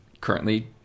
currently